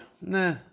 Nah